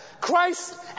Christ